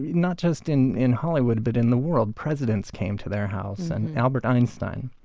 not just in in hollywood but in the world. presidents came to their house. and albert einstein.